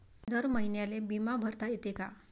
दर महिन्याले बिमा भरता येते का?